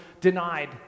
denied